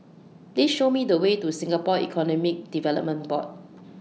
Please Show Me The Way to Singapore Economic Development Board